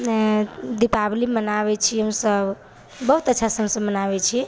दीपावली मनाबैत छी हमसभ बहुत अच्छासँ हमसभ मनाबैत छी